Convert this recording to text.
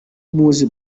muzi